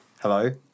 Hello